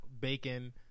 Bacon